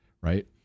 right